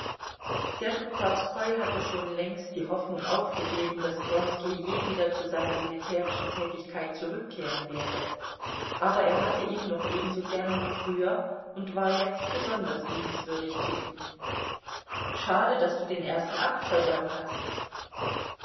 serpuchowskoi hatte schon längst die hoffnung aufgegeben daß wronski je wieder zu seiner militärischen tätigkeit zurückkehren werde aber er hatte ihn noch ebenso gern wie früher und war jetzt besonders liebenswürdig zu ihm schade daß du den ersten akt versäumt hast